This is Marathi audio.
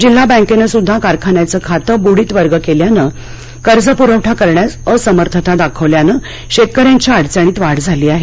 जिल्हा बँकेनंसुद्धा कारखान्याचं खातंबुडित वर्ग केल्यानं कर्जपुरवठा करण्यास असमर्थता दाखविल्यामुळं शेतकऱ्यांच्या अडचणीत वाढ झाली आहे